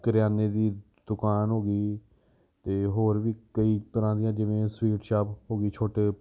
ਕਰਿਆਨੇ ਦੀ ਦੁਕਾਨ ਹੋ ਗਈ ਅਤੇ ਹੋਰ ਵੀ ਕਈ ਤਰ੍ਹਾਂ ਦੀਆਂ ਜਿਵੇਂ ਸਟੀਵ ਸ਼ਾਪ ਹੋ ਗਈ ਛੋਟੇ